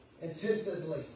intensively